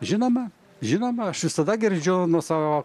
žinoma žinoma aš visada girdžiu nuo savo